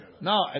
No